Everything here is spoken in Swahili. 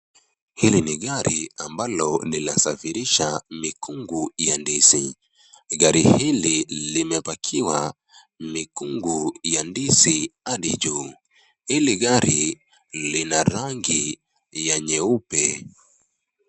Hili ni gari ambalo linasafirisha mikungu ya ndizi, gari hili limepakiwa mikungu ya ndizi hadi juu, hili gari lina rangi ya nyeupe.